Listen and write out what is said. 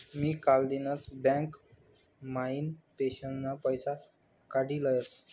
मी कालदिनच बँक म्हाइन पेंशनना पैसा काडी लयस